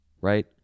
right